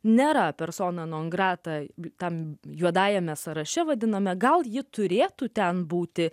nėra persona non grata tam juodajame sąraše vadiname gal ji turėtų ten būti